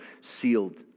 sealed